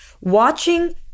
Watching